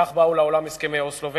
כך באו לעולם הסכמי אוסלו.